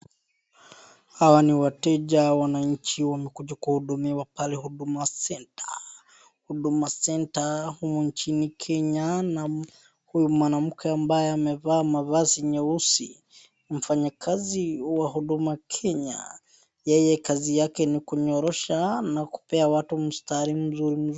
Hawa ni wateja wananchi wamekuja kuhudumiwa pale Huduma Centre. Huduma Centre humu nchini Kenya na huyu mwanamke ambaye amevaa mavazi nyeusi, mfanyakazihuyu wa Huduma Kenya na yeye kazi yake ni kunyorosha na kupea watu mstari mzuri mzuri.